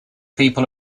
people